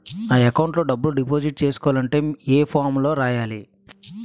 నా అకౌంట్ లో డబ్బులు డిపాజిట్ చేసుకోవాలంటే ఏ ఫామ్ లో రాయాలి?